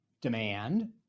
demand